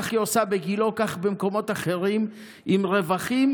כך היא עושה בגילה וכך במקומות אחרים עם רווחים,